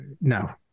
no